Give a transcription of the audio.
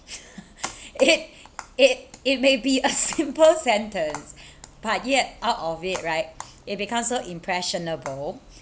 it it it may be a simple sentence but yet out of it right it becomes so impressionable